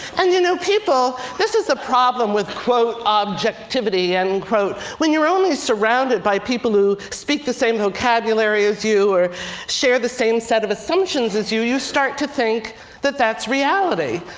and you know people, this is the problem with quote, objectivity, and unquote. when you're only surrounded by people who speak the same vocabulary as you, or share the same set of assumptions as you, you start to think that that's reality.